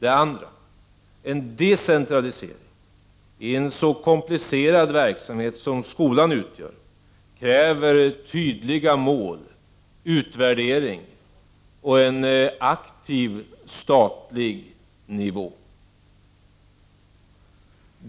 Den andra är: En decentralisering av en så komplicerad verksamhet som skolan utgör kräver tydliga mål, utvärdering och en aktiv statlig nivå.